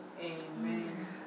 Amen